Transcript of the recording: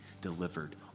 delivered